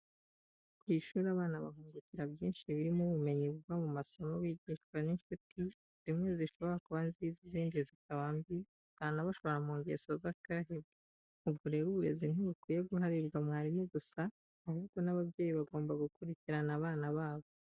Ku ishuri abana bahungukira byinshi birimo ubumenyi buva mu masomo bigishwa n'incuti, zimwe zishobora kuba nziza izindi zikaba mbi zanabashora mu ngeso z'akahebwe, ubwo rero uburezi ntibukwiye guharirwa mwarimu gusa, ahubwo n'ababyeyi bagomba gukurikirana abana babo.